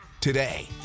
today